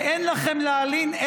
ואין לכם להלין,